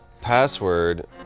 Password